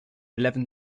eleven